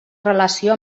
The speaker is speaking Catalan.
relació